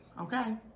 okay